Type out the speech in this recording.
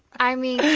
i mean,